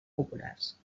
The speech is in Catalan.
populars